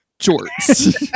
Shorts